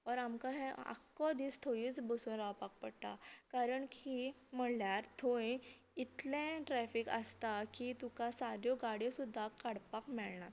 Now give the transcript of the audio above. or आमकां आख्खो दिस थंयच बसून रावपाक पडटा कारण की म्हणल्याक थंय इतले ट्रेफीक आसता की तुका साद्यो गाडयो सुद्दां काडपाक मेळनात